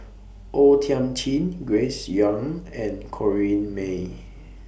O Thiam Chin Grace Young and Corrinne May